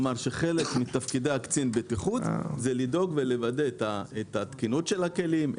חלק מתפקידי קצין הבטיחות הוא לדאוג ולוודא את התקינות של הכלים,